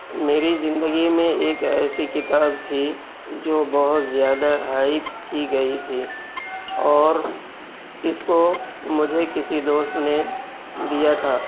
میری زندگی میں ایک ایسی کتاب تھی جو بہت زیادہ ہائپ کی گئی تھی اور اس کو مجھے کسی دوست نے دیا تھا